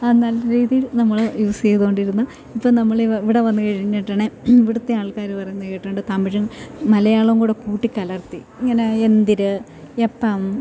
ആ നല്ല രീതിയിൽ നമ്മള് യൂസെയ്തോണ്ടിരുന്ന് ഇപ്പോള് നമ്മള് ഇവിടെ വന്ന് കഴിഞ്ഞിട്ടാണ് ഇവിടത്തെ ആൾക്കാര് പറയുന്നതു കേട്ടുകൊണ്ട് തമിഴും മലയാളവും കൂടെ കൂട്ടി കലർത്തി ഇങ്ങനെ എന്തിര് എപ്പം